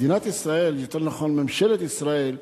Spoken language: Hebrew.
מדינת ישראל, יותר נכון ממשלת ישראל,